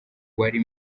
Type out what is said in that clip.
wari